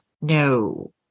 No